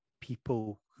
people